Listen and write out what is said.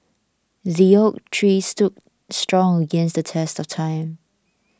the oak tree stood strong against the test of time